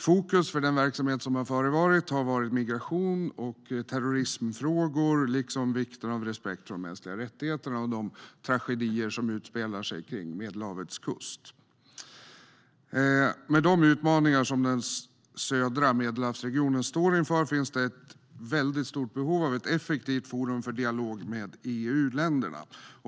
Fokus för den verksamhet som har förevarit har varit migration och terrorismfrågor liksom vikten av respekt för de mänskliga rättigheterna och de tragedier som utspelar sig vid Medelhavets kust. Med de utmaningar som den södra Medelhavsregionen står inför finns det ett väldigt stort behov av ett effektivt forum för dialog med EU-länderna.